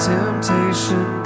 temptation